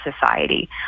society